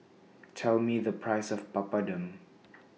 Tell Me The Price of Papadum